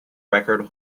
record